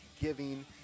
giving